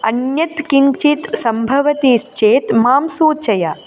अन्यत् किञ्चित् सम्भवतीश्चेत् मां सूचय